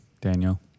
Daniel